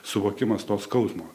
suvokimas to skausmo